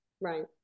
Right